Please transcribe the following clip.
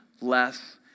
less